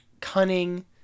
cunning